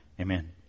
Amen